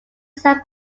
side